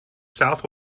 south